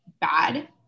bad